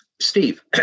Steve